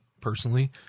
personally